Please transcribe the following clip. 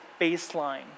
baseline